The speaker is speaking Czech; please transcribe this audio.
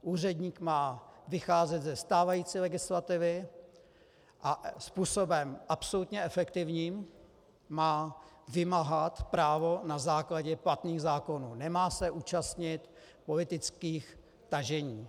Úředník má vycházet ze stávající legislativy a způsobem absolutně efektivním má vymáhat právo na základě platných zákonů, nemá se účastnit politických tažení.